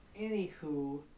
anywho